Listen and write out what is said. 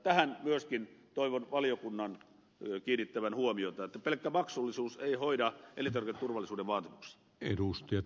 tähän myöskin toivon valiokunnan kiinnittävän huomiota että pelkkä maksullisuus ei hoida elintarviketurvallisuuden vaatimuksia